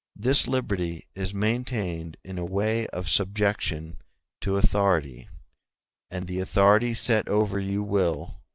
this liberty is maintained in a way of subjection to authority and the authority set over you will,